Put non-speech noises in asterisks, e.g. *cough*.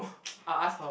*breath* I'll ask her